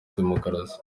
demokarasi